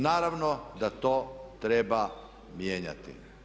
Naravno da to treba mijenjati.